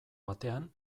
batean